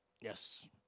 Yes